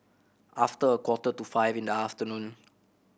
after a quarter to five in the afternoon